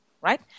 right